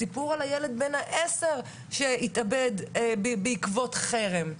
שמענו את סיפורו של הילד בן העשר שהתאבד בעקבות חרם.